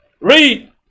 read